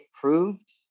proved